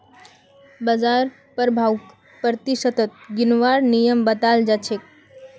बाजार प्रभाउक प्रतिशतत गिनवार नियम बताल जा छेक